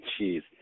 jeez